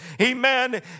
Amen